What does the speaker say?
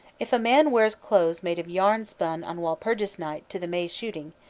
if a man wears clothes made of yarn spun on walpurgis night to the may-shooting,